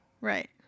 Right